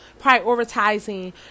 prioritizing